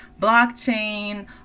blockchain